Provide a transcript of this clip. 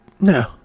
No